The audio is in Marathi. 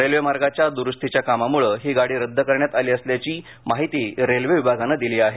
रेल्वेमार्गाच्या दुरुस्तीच्या कामामुळे ही गाडी रद्द करण्यात आली असल्याचं रेल्वे विभागानं कळवलं आहे